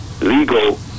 legal